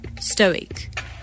stoic